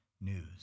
news